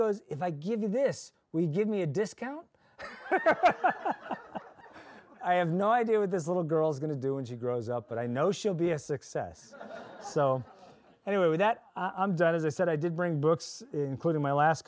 goes if i give you this we give me a discount i have no idea what this little girl is going to do when she grows up but i know she'll be a success so anyway that i'm done as i said i did bring books including my last